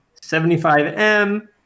75M